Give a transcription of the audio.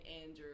Andrew